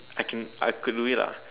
I can I could do it lah